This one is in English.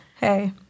Hey